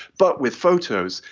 but with photos,